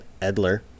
Edler